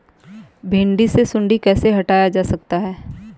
भिंडी से सुंडी कैसे हटाया जा सकता है?